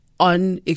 on